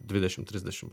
dvidešim trisdešim